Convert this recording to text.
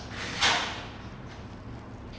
unusual superpower